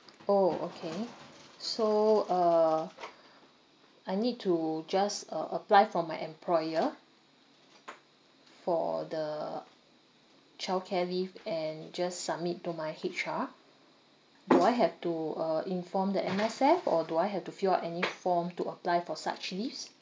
orh okay so uh I need to just uh apply from my employer for the childcare leave and just submit to my H_R do I have to uh inform the M_S_F or do I have to fill out any form to apply for such leaves